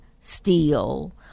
steel